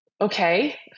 okay